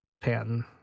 pen